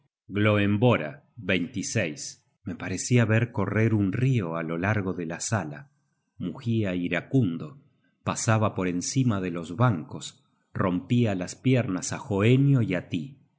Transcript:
lanzas vuelan gloemvora me parecia ver correr un rio á lo largo de la sala mugia iracundo pasaba por encima de los bancos rompia las piernas á hoenio y á tí